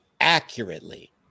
accurately